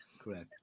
Correct